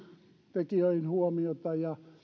tekijöihin huomiota ja